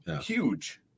Huge